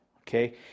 okay